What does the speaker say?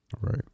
Right